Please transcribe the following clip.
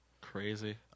Crazy